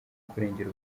kurengera